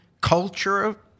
culture